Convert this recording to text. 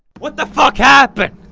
what the fuck happened?